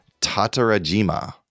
tatarajima